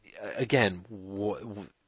Again